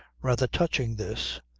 rather touching this.